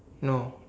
no